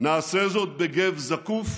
נעשה זאת בגו זקוף